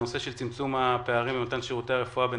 הנושא של צמצום הפערים במתן שירותי רפואה בין